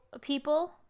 people